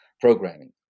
programming